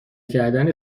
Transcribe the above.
کردن